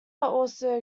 also